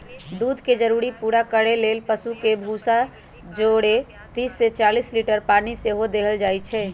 दूध के जरूरी पूरा करे लेल पशु के भूसा जौरे तीस से चालीस लीटर पानी सेहो देल जाय